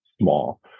small